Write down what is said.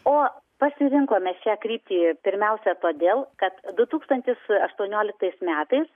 o pasirinkome šią kryptį pirmiausia todėl kad du tūkstantis aštuonioliktais metais